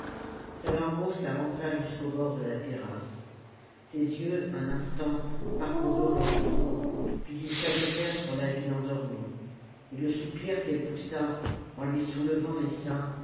salammbô s'avança jusqu'au bord de la tersalammbo rasse ses yeux un instant parcoururent l'horizon puis ils s'abaissèrent sur la ville endormie et le soupir qu'elle poussa en lui soulevant les seins